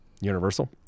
universal